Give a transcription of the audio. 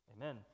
amen